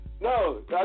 No